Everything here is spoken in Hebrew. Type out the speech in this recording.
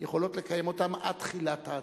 יכולות לקיים אותם עד תחילת ההצבעות.